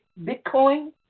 Bitcoin